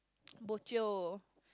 bo jio